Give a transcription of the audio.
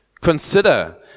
Consider